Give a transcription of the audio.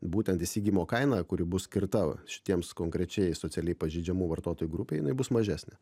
būtent įsigijimo kaina kuri bus skirta šitiems konkrečiai socialiai pažeidžiamų vartotojų grupei jinai bus mažesnė